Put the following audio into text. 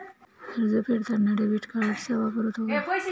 कर्ज फेडताना डेबिट कार्डचा वापर होतो का?